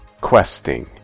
Questing